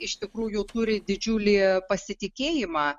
iš tikrųjų turi didžiulį pasitikėjimą